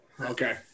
Okay